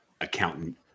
accountant